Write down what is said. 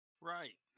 Right